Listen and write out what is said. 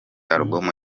album